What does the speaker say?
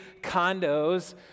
condos